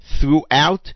throughout